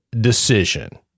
decision